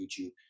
YouTube